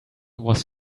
was